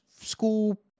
school